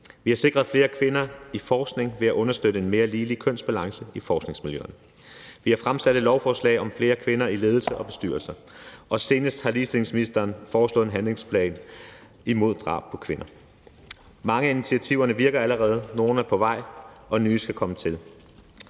Vi har sikret flere kvinder i forskning ved at understøtte en mere ligelig kønsbalance i forskningsmiljøerne. Vi har fremsat et lovforslag om flere kvinder i ledelse og bestyrelser. Og senest har ligestillingsministeren foreslået en handlingsplan imod drab på kvinder. Mange af initiativerne virker allerede, nogle er på vej, og nye skal komme til.